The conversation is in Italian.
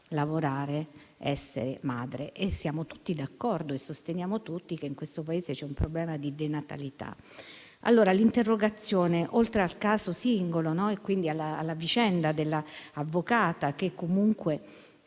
lavoro e maternità». Siamo tutti d'accordo e sosteniamo tutti che in questo Paese c'è un problema di denatalità. L'interrogazione, oltre al caso singolo e quindi alla vicenda dell'avvocata che comunque,